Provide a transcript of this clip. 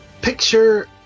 Picture